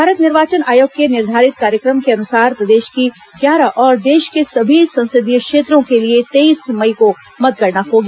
भारत निर्वाचन आयोग के निर्धारित कार्यक्रम के अनुसार प्रदेश की ग्यारह और देश के सभी संसदीय क्षेत्रों के लिए तेईस मई को मतगणना होगी